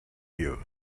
you